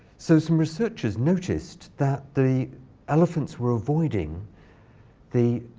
so some researchers noticed that the elephants were avoiding the